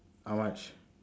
how much